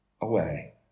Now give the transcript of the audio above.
away